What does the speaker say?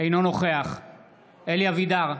אינו נוכח אלי אבידר,